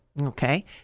Okay